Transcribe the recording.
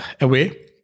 away